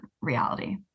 reality